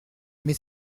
mais